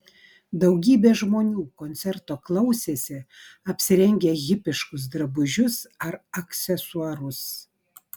daugybė žmonių koncerto klausėsi apsirengę hipiškus drabužius ar aksesuarus